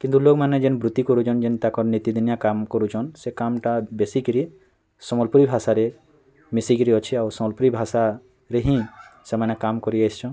କିନ୍ତୁ ଲୋଗ୍ମାନେ ଯେନ୍ ବୃତ୍ତି କରୁଛନ୍ ଯେନ୍ ତାକର୍ ନୀତି ଦିନିଆ କାମ୍ କରୁଛନ୍ ସେ କାମ୍ଟା ବେଶୀକିରି ସମ୍ବଲପୁରୀ ଭାଷାରେ ମିଶିକିରି ଅଛି ଆଉ ସମ୍ବଲପୁରୀ ଭାଷାରେ ହିଁ ସେମାନେ କାମ୍ କରି ଆସିଛନ୍